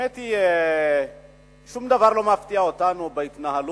האמת היא ששום דבר לא מפתיע אותנו בהתנהלות,